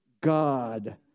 God